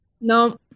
No